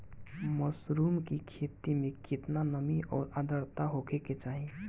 Mushroom की खेती में केतना नमी और आद्रता होखे के चाही?